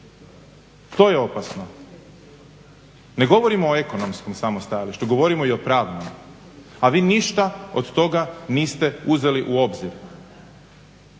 To je opasno. Ne govorimo o ekonomskom samo stajalištu, govorimo i o pravnom a vi ništa od toga niste uzeli u obzir.